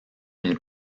une